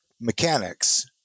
mechanics